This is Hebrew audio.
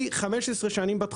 אני נמצא בתחום 15 שנים,